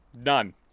None